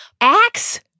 Axe